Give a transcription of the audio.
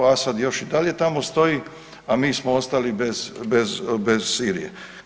Asad još i dalje tamo stoji, a mi smo ostali bez Sirije.